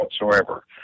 whatsoever